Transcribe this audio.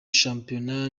shampiyona